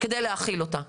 כדי להכיל אותה.